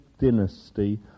dynasty